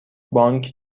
بانک